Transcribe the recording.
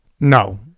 No